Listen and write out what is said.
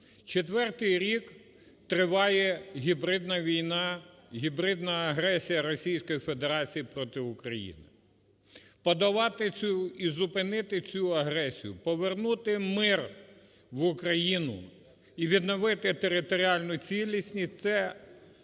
Четвертий рік триває гібридна війна, гібридна агресія Російської Федерації проти України. Подолати цю і зупинити цю агресію, повернути мир в Україну і відновити територіальну цілісність – це